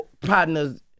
partners